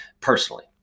personally